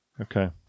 Okay